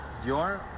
Dior